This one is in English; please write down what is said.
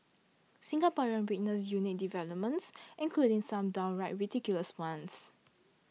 Singaporeans witnessed unique developments including some downright ridiculous ones